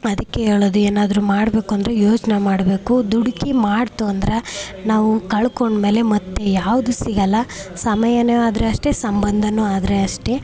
ಅದಕ್ಕೆ ಹೇಳೋದು ಏನಾದರು ಮಾಡಬೇಕು ಅಂದರೆ ಯೋಚನೆ ಮಾಡಬೇಕು ದುಡುಕಿ ಮಾಡ್ತು ಅಂದ್ರೆ ನಾವು ಕಳ್ಕೊಂಡ ಮೇಲೆ ಮತ್ತೆ ಯಾವುದು ಸಿಗಲ್ಲ ಸಮಯನು ಆದರೆ ಅಷ್ಟೇ ಸಂಬಂಧನು ಆದರೆ ಅಷ್ಟೇ